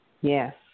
Yes